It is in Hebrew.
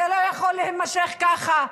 זה לא יכול להימשך ככה.